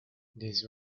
these